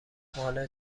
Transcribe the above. مال